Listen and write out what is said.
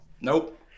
Nope